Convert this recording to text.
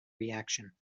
reaction